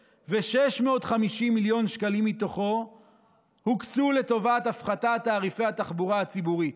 ו-650 מיליון שקלים מתוכו הוקצו לטובת הפחתת תעריפי התחבורה הציבורית,